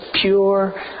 pure